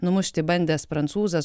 numušti bandęs prancūzas